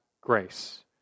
grace